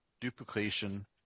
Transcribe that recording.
duplication